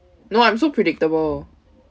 no I'm so predictable